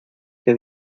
que